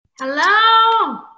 Hello